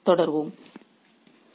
அடுத்த அமர்வில் தொடருவோம்